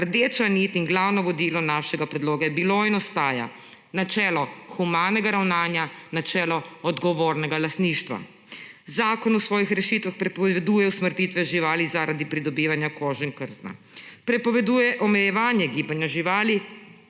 Rdeča nit in glavno vodilo našega predloga je bilo in ostaja načelo humanega ravnanja, načelo odgovornega lastništva. Zakon v svojih rešitvah prepoveduje usmrtitve živali zaradi pridobivanja kože in krzna. Prepoveduje omejevanje gibanja živali